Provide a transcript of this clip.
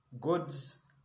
God's